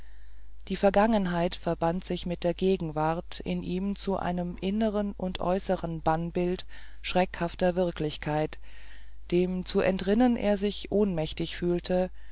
die vergangenheit verband sich mit der gegenwart in ihm zu einem inneren und äußeren bannbild schreckhafter wirklichkeit dem zu entrinnen er sich ohnmächtig fühlte